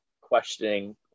questioning